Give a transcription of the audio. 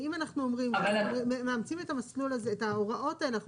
ואם אנחנו אומרים מאמצים את המסלול את הוראות האלה אנחנו